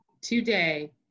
today